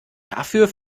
dafür